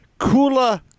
Kula